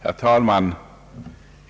Herr talman!